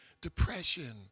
depression